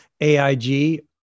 AIG